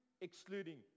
excluding